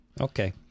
Okay